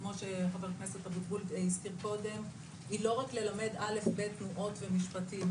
כמו שח"כ אבוטבול הזכיר קודם היא לא רק ללמד א'-ב' תנועות ומשפטים,